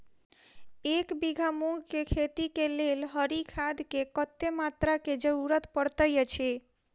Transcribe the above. एक बीघा मूंग केँ खेती केँ लेल हरी खाद केँ कत्ते मात्रा केँ जरूरत पड़तै अछि?